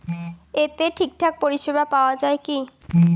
এতে ঠিকঠাক পরিষেবা পাওয়া য়ায় কি?